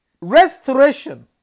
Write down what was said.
Restoration